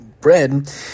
Bread